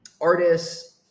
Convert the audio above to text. artists